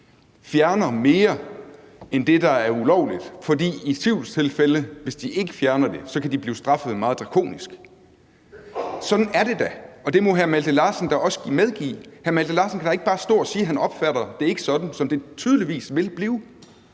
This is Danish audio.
fjerner mere end det, der er ulovligt, fordi de i tvivlstilfælde, hvis de ikke fjerner det, kan blive straffet meget drakonisk. Sådan er det da, og det må hr. Malte Larsen da også medgive. Hr. Malte Larsen kan da ikke bare stå og sige, at han ikke opfatter det sådan, som det tydeligvis vil blive